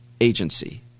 agency